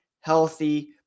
healthy